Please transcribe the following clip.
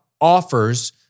offers